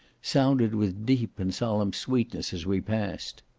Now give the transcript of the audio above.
sounded with deep and solemn sweetness as we passed.